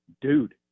Dude